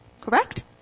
Correct